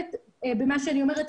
מסכמת את מה שאני אומרת.